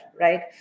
right